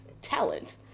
talent